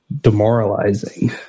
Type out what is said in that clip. demoralizing